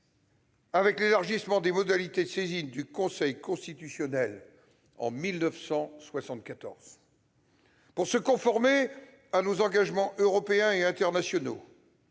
avec l'élargissement, en 1974, des modalités de saisine du Conseil constitutionnel, pour se conformer à nos engagements européens et internationaux-